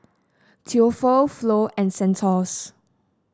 Theophile Flo and Santos